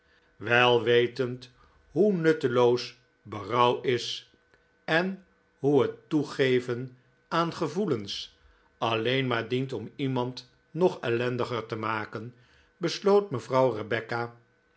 wei wetend hoe nutteloos berouw is en hoe het toegeven aan gevoelens alleen maar dient om iemand nog ellendiger te maken besloot mevrouw rebecca